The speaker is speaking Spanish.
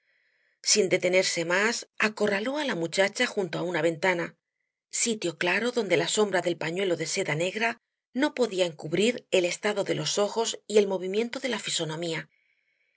sin detenerse más acorraló á la muchacha junto á una ventana sitio claro donde la sombra del pañuelo de seda negra no podía encubrir el estado de los ojos y el movimiento de la fisonomía